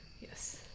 yes